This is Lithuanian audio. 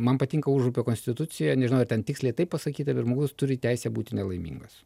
man patinka užupio konstitucija nežinau ar ten tiksliai taip pasakyta bet žmogus turi teisę būti nelaimingas